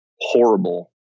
horrible